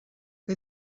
que